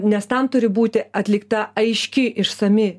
nes tam turi būti atlikta aiški išsami